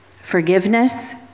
Forgiveness